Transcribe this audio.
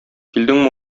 килдеңме